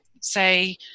say